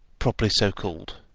properly so called,